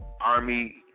Army